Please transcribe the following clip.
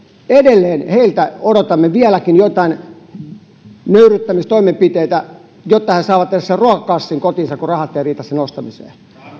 edelleen heiltä odotamme vieläkin joitain nöyryyttäviä toimenpiteitä jotta he saavat edes sen ruokakassin kotiinsa kun rahat eivät riitä sen ostamiseen